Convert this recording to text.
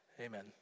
amen